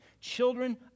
children